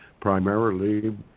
primarily